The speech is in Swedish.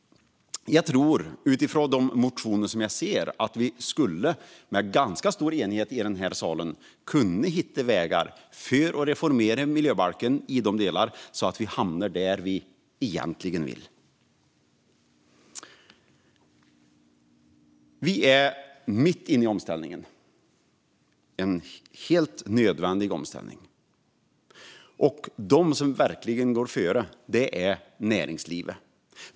Jag tror, utifrån de motioner som jag sett, att vi med ganska stor enighet i denna sal kan hitta vägar att reformera miljöbalken i dessa delar så att vi hamnar där vi egentligen vill vara. Vi är mitt inne i omställningen, och den är helt nödvändig. Och de som verkligen går före är näringslivet.